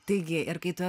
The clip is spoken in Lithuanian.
taigi ir kai tu